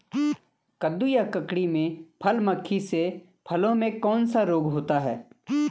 कद्दू या ककड़ी में फल मक्खी से फलों में कौन सा रोग होता है?